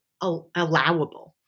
allowable